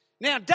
Now